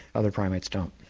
other primates don't,